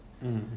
mm